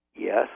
yes